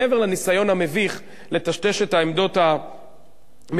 מעבר לניסיון המביך לטשטש את העמדות המדיניות,